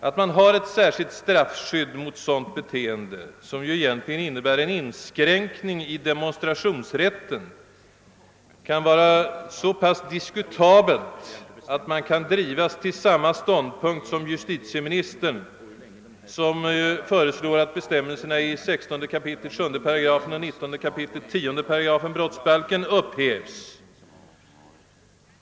Att man har ett särskilt straffskydd mot sådant beteende, som egentligen innebär en inskränkning i demonstrationsrätten, kan vara så pass diskutabelt att man kan drivas till samma ståndpunkt som justitieministern, som föreslår att bestämmelserna i 16 kap. 7 § och 19 kap. 10 8 brottsbalken upphävs.